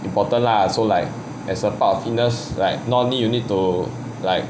important lah so like as a part of fitness like not only you need to like